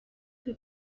que